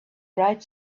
bright